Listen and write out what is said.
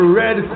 red